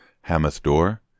Hamath-dor